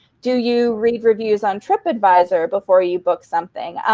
do you read reviews on tripadvisor before you book something?